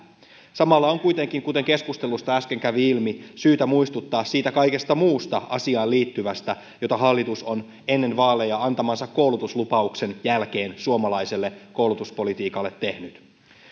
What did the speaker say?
samalla on kuitenkin kuten keskustelusta äsken kävi ilmi syytä muistuttaa siitä kaikesta muusta asiaan liittyvästä jota hallitus on ennen vaaleja antamansa koulutuslupauksen jälkeen suomalaiselle koulutuspolitiikalle tehnyt